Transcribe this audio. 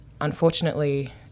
unfortunately